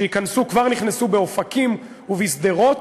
שכבר נכנסו באופקים ובשדרות